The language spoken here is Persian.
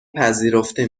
پذیرفته